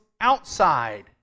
outside